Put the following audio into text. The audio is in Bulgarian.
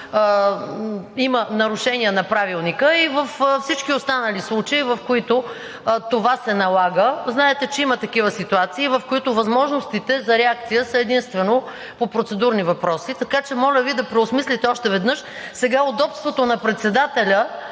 има нарушения на Правилника и във всички останали случаи, в които това се налага – знаете, че има такива ситуации, в които възможностите за реакция са единствено по процедурни въпроси. Така че моля Ви да преосмислите още веднъж. Удобството на председателя